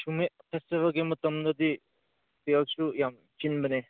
ꯆꯨꯝꯃꯤ ꯍꯣꯁꯇꯦꯜꯒꯤ ꯃꯇꯝꯗꯗꯤ ꯄꯤꯛꯑꯁꯨ ꯌꯥꯝ ꯆꯤꯟꯕꯅꯦ